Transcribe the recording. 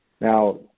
Now